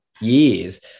years